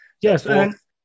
Yes